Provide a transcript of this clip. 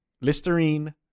listerine